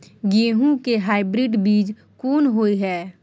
गेहूं के हाइब्रिड बीज कोन होय है?